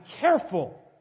careful